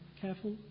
careful